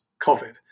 COVID